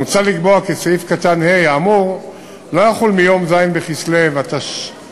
מוצע לקבוע כי סעיף קטן (ה) האמור לא יחול מיום ז' בכסלו התשע"ו,